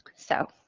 so,